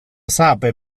sape